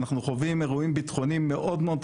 אנחנו חווים אירועים ביטחוניים מאוד מאוד קשים.